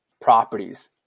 properties